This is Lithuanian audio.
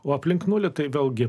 o aplink nulį tai vėlgi